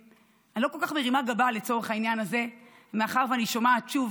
אני לא כל כך מרימה גבה לצורך העניין הזה מאחר שאני שומעת שוב,